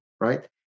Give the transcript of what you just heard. right